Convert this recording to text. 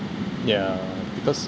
ya because